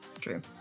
True